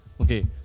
Okay